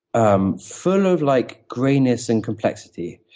um full of like grayness and complexity,